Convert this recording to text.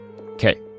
Okay